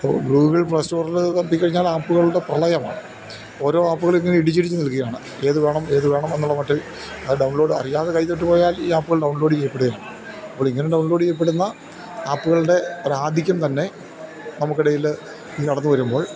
ഗ്ലൂഗിൾ പ്ലേസ്റ്റോറില് തപ്പിക്കഴിഞ്ഞാൽ ആപ്പുകളുടെ പ്രളയമാണ് ഓരോ ആപ്പുകൾ ഇങ്ങനെ ഇടിച്ചിടിച്ചു നിൽക്കുകയാണ് ഏതു വേണം ഏതു വേണം എന്നുള്ള മട്ടില് അത് ഡൗൺലോഡ് അറിയാതെ കൈതൊട്ടു പോയാൽ ഈ ആപ്പുകൾ ഡൗൺലോഡ് ചെയ്യപ്പെടുകയാണ് അപ്പോൾ ഇങ്ങനെ ഡൗൺലോഡ് ചെയ്യപ്പെടുന്ന ആപ്പുകളുടെ ഒരാധിക്യം തന്നെ നമുക്കിടയില് ഈ നടന്നുവരുമ്പോൾ